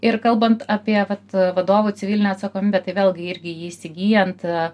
ir kalbant apie vat vadovų civilinę atsakomybę tai vėlgi irgi jį įsigyjant